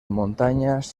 montañas